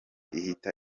ihita